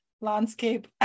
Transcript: landscape